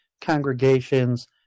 congregations